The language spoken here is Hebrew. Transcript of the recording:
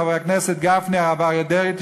חברי הכנסת גפני והרב אריה דרעי,